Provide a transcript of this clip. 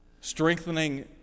strengthening